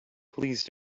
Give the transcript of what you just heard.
please